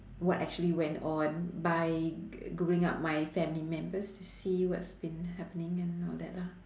what actually went on by googling up my family members to see what's been happening and all that lah